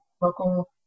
local